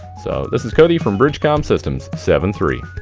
so this is cody from bridgecom systems, seventy three.